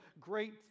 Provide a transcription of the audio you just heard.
great